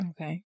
Okay